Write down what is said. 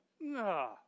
no